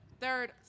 third